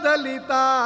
Dalita